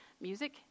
music